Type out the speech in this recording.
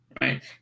Right